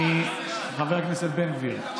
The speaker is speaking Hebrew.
חבר הכנסת בן גביר,